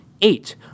eight